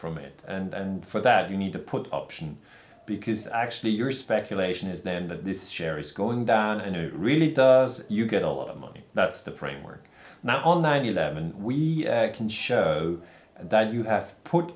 from it and for that you need to put because actually your speculation is then that this share is going down and it really does you get a lot of money that's the price work now on nine eleven we can show that you have put